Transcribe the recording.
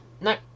no